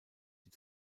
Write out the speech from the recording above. die